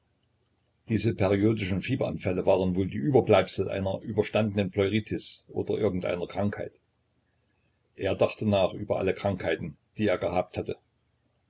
diese periodischen fieberanfälle waren wohl die überbleibsel einer überstandenen pleuritis oder irgend einer krankheit er dachte nach über alle krankheiten die er gehabt hatte